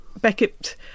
Beckett